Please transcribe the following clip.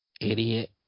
Idiot